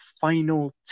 final